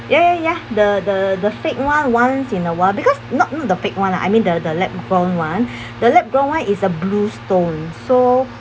ya ya ya the the the fake one once in a while because not not the fake one lah I mean the the lab grown one the lab grown one is a blue stone so